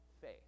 faith